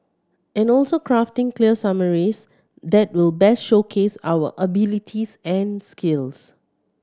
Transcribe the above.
and also crafting clear summaries that will best showcase our abilities and skills